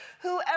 whoever